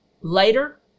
later